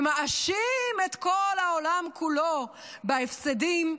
ומאשים את כל העולם כולו בהפסדים,